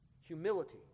humility